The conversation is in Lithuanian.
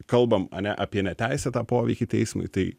kalbam ane apie neteisėtą poveikį teismui tai